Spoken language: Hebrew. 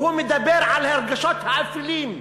והוא מדבר על הרגשות האפלים.